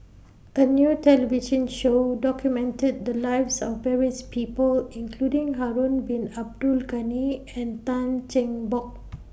A New television Show documented The Lives of various People including Harun Bin Abdul Ghani and Tan Cheng Bock